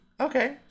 Okay